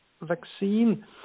vaccine